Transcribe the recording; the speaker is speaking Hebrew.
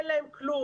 אין להם כלום,